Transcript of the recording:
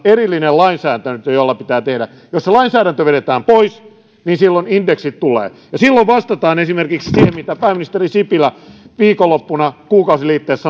erillinen lainsäädäntö jolla ne pitää tehdä jos se lainsäädäntö vedetään pois niin silloin indeksit tulevat ja silloin vastataan esimerkiksi siihen mitä pääministeri sipilä viikonloppuna kuukausiliitteessä